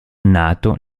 nato